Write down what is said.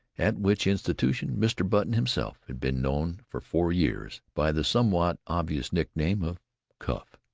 at which institution mr. button himself had been known for four years by the somewhat obvious nickname of cuff.